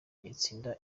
itsinda